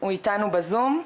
הוא איתנו בזום?